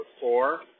four